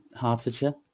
Hertfordshire